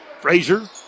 Frazier